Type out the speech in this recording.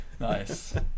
Nice